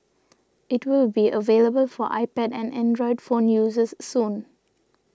it will be available for iPad and Android phone users soon